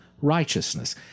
righteousness